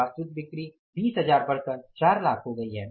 वास्तविक बिक्री 20 हजार बढकर 4 लाख हो गई है